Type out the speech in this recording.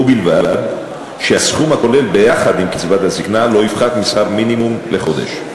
ובלבד שהסכום הכולל ביחד עם קצבת הזיקנה לא יפחת משכר המינימום לחודש.